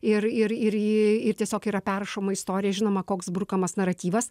ir ir ir i tiesiog yra perrašoma istorija žinoma koks brukamas naratyvas